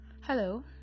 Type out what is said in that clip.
Hello